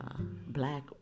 black